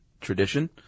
tradition